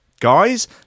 guys